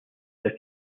their